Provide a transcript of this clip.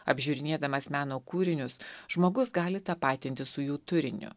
apžiūrinėdamas meno kūrinius žmogus gali tapatintis su jų turiniu